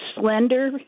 slender